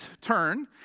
turn